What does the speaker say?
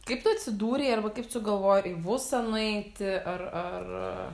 kaip tu atsidūrei arba kaip sugalvojai į vusą nueiti ar ar